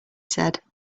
said